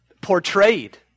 portrayed